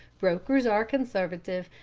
brokers are conservative,